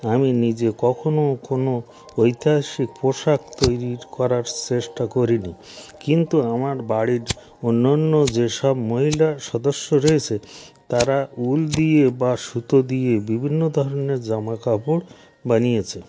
আমি নিজে কখনো কোনো ঐতিহাসিক পোশাক তৈরি করার চেষ্টা করি নি কিন্তু আমার বাড়ির অন্য অন্য যেসব মহিলা সদস্য রয়েছে তারা উল দিয়ে বা সুতো দিয়ে বিভিন্ন ধরনের জামা কাপড় বানিয়েছে